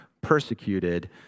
persecuted